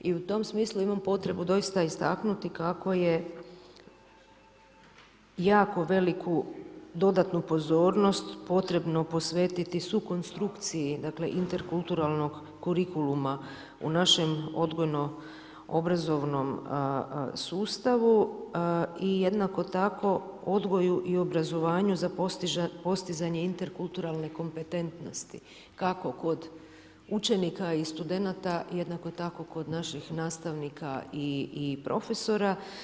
I u tome smislu imam potrebu doista istaknuti kako je jako veliku dodatnu pozornost potrebno posvetiti sukonstrukciji, dakle interkulturalnog kurikuluma u našem odgojno-obrazovnom sustavu i jednako tako odgoju i obrazovanju za postizanje interkulturalne kompetentnosti, kako kod učenika i studenata, jednako tako kod naših nastavnika i profesora.